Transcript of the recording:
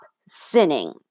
sinning